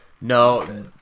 No